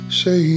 say